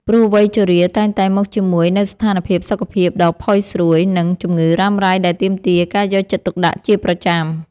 ព្រោះវ័យជរាតែងតែមកជាមួយនូវស្ថានភាពសុខភាពដ៏ផុយស្រួយ និងជំងឺរ៉ាំរ៉ៃដែលទាមទារការយកចិត្តទុកដាក់ជាប្រចាំ។